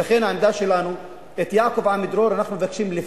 ולכן העמדה שלנו היא שאנחנו מבקשים מיעקב עמידרור להתפטר.